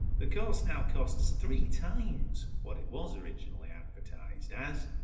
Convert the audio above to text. the course now costs three times what it was originally advertised as.